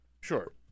Sure